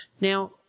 Now